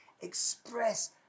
express